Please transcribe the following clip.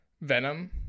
Venom